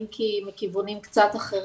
אם כי מכיוונים קצת אחרים,